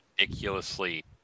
ridiculously